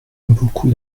beaucoup